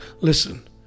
Listen